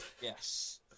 Yes